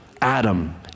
Adam